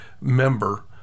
member